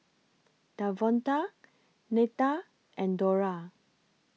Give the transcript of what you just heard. Davonta Netta and Dora